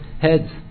heads